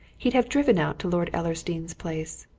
he'd have driven out to lord ellersdeane's place.